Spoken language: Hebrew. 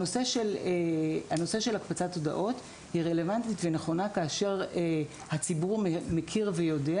הנושא של הקפצת הודעות הוא רלוונטי כאשר הציבור מכיר ויודע.